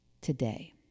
today